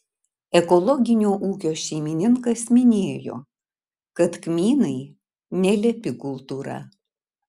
ekologinio ūkio šeimininkas minėjo kad kmynai nelepi kultūra